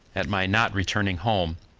at my not returning home!